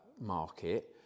market